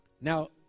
Now